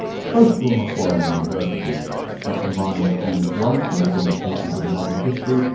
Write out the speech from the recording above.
both from macquarie university dr marnie hughes-warrington from the department of modern history,